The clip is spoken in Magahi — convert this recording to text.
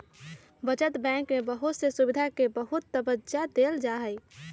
बचत बैंक में बहुत से सुविधा के बहुत तबज्जा देयल जाहई